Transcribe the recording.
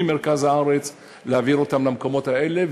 להעביר אותם ממרכז הארץ למקומות האלה,